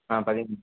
ஆ பதிவு